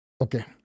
Okay